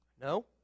No